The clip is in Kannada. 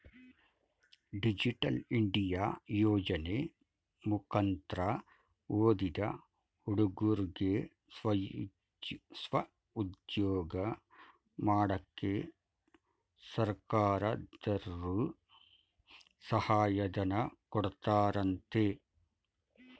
ಡಿಜಿಟಲ್ ಇಂಡಿಯಾ ಯೋಜನೆ ಮುಕಂತ್ರ ಓದಿದ ಹುಡುಗುರ್ಗೆ ಸ್ವಉದ್ಯೋಗ ಮಾಡಕ್ಕೆ ಸರ್ಕಾರದರ್ರು ಸಹಾಯ ಧನ ಕೊಡ್ತಾರಂತೆ